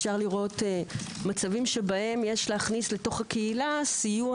אפשר לראות מצבים שבהם יש להכניס לקהילה סיוע